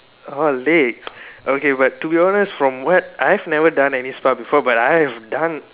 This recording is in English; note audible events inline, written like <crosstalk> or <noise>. oh late <noise> okay but to be honest from what I've never done any spa before but I have done